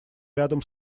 рядом